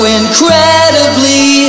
incredibly